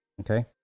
Okay